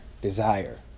desire